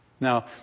Now